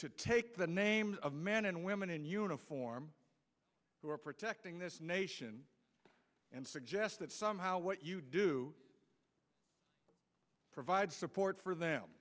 to take the names of men and women in uniform who are protecting this nation and suggest that somehow what you do provide support for them